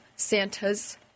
Santa's